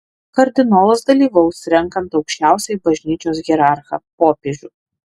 kardinolas dalyvaus renkant aukščiausiąjį bažnyčios hierarchą popiežių